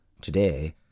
Today